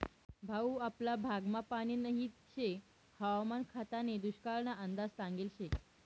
भाऊ आपला भागमा पानी नही शे हवामान खातानी दुष्काळना अंदाज सांगेल शे